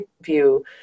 view